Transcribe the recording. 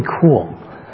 cool